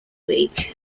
week